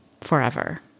forever